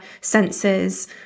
senses